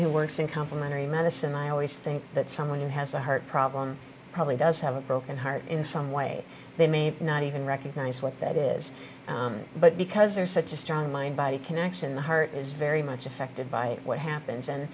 who works in complementary medicine i always think that someone who has a heart problem probably does have a broken heart in some way they may not even recognize what that is but because there's such a strong mind body connection the heart is very much affected by what happens and